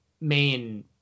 main